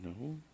No